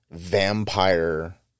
vampire